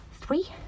Three